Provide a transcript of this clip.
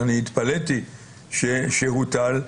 שאני התפלאתי שהוטל,